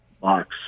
box